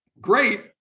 great